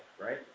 right